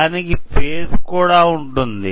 దానికి ఫేజ్ కూడా ఉంటుంది